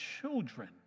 children